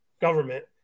government